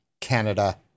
Canada